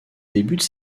débute